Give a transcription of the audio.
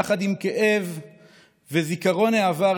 יחד עם כאב וזיכרון העבר,